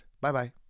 Bye-bye